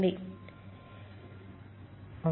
ఇది నేను అందించే సమాధానాలను చూసి నేర్చుకునే మంచి మార్గం